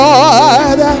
Lord